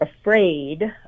afraid